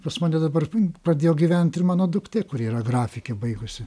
pas mane dabar pradėjo gyvent ir mano duktė kuri yra grafikė baigusi